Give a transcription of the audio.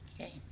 Okay